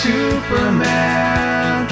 Superman